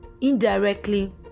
indirectly